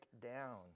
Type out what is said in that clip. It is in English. down